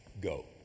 go